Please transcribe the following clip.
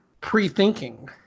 pre-thinking